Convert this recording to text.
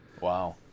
Wow